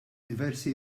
diversi